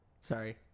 Sorry